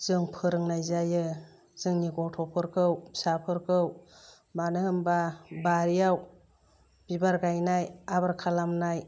जों फोरोंनाय जायो जोंनि गथ'फोरखौ फिसाफोरखौ मानो होमबा बारियाव बिबार गायनाय आबार खालामनाय